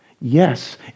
yes